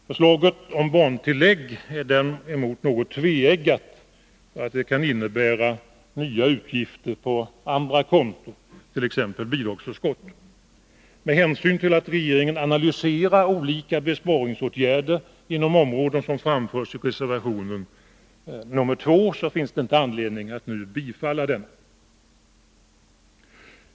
Förslaget om barntillägg är däremot ett något tveeggat vapen — det kan innebära nya utgifter på andra konton, t.ex. det som gäller bidragsförskott. Med hänsyn till att regeringen redan analyserat olika besparingsåtgärder inom de områden som behandlas i reservation 2 finns det inte nu anledning att bifalla den.